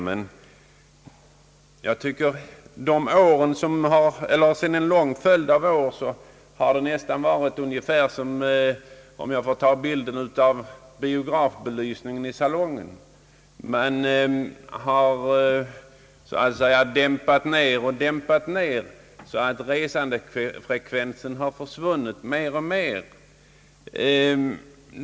Men sedan en lång följd av år har man — om jag får göra en liknelse med biografbelysningen i salongen — dämpat ned och dämpat ned så att resandefrekvensen mer och mer har försvunnit.